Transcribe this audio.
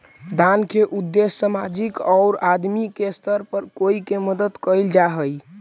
दान के उद्देश्य सामाजिक औउर आदमी के स्तर पर कोई के मदद कईल जा हई